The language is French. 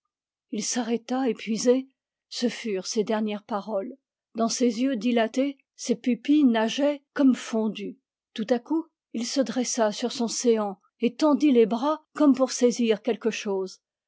il s'arrêta épuisé ce furent ses dernières paroles dans ses yeux dilatés ses pupilles nageaient comme fondues tout à coup il se dressa sur son séant étendit les bras comme pour saisir quelque chose